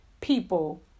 people